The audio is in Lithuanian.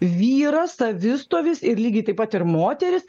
vyras savistovis ir lygiai taip pat ir moteris